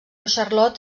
charlot